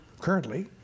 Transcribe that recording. currently